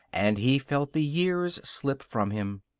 and he felt the years slip from him.